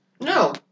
No